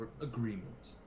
agreement